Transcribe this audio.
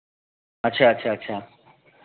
अच्छा अच्छा अच्छा